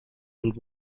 and